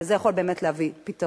וזה יכול באמת להביא פתרון.